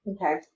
Okay